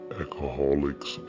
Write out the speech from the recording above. alcoholics